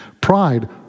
pride